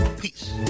peace